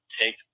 take